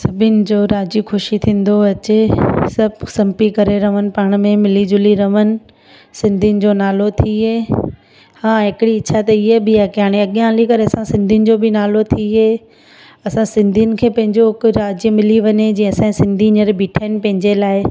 सभिनि जो राज़ी खुशी थींदो अचे सभु संपी करे रहनि पाण में मिली जुली रहनि सिंधियुनि जो नालो थिए हा हिकिड़ी इच्छा त ईहा बि आहे की हाणे अॻियां हली करे असां सिंधियुनि जो बि नालो थिए असां सिंधियुनि खे पंहिंजो हिकु राज्य मिली वञे जीअं असांजा सिंधी हीअंर बीठा आहिनि पेंजे लाइ